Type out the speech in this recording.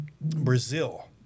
brazil